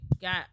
got